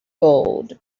gold